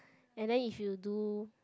and then if you do